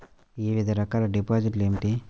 వివిధ రకాల డిపాజిట్లు ఏమిటీ?